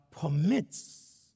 permits